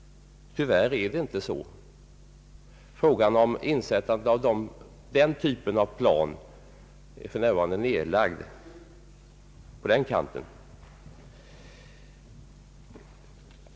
Tyvärr är frågan om insättande av den typen av plan inte aktuell för närvarande på den kanten.